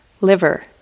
liver